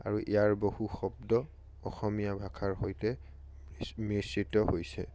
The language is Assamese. আৰু ইয়াৰ বহু শব্দ অসমীয়া ভাষাৰ সৈতে মিশ্ৰিত হৈছে